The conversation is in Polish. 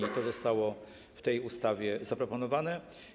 I to zostało w tej ustawie zaproponowane.